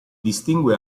distingue